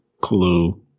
clue